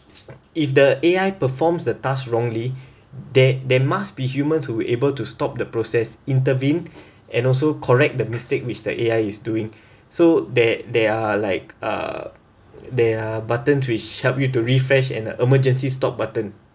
if the A_I performs the task wrongly there there must be humans who were able to stop the process intervene and also correct the mistake which the A_I is doing so there there are like uh there are buttons which help you to refresh and a emergency stop button